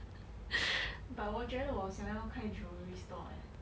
but 我觉得我想要开 jewellery store leh